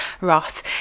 Ross